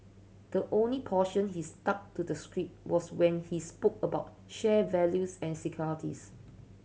the only portion he stuck to the script was when he spoke about shared values and securities